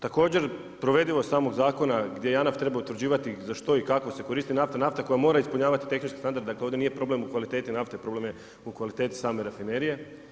Također, provedivost samog zakona gdje je JANAF trebao utvrđivati za što i kako se koristi nafta, nafta koja mora ispunjavati tehničke standarde, dakle ovdje nije problem u kvaliteti nafte, problem je u kvaliteti same rafinerije.